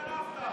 שגנבת?